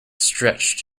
stretched